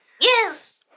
Yes